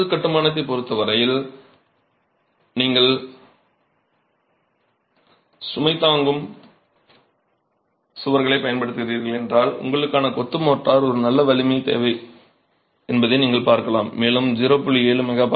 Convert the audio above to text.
கொத்து கட்டுமானத்தைப் பொறுத்த வரையில் நீங்கள் சுமை தாங்கும் சுவர்களைப் பயன்படுத்துகிறீர்கள் என்றால் உங்களுக்கான கொத்து மோர்ட்டார் ஒரு நல்ல வலிமை தேவை என்பதை நீங்கள் பார்க்கலாம் மேலும் நாங்கள் 0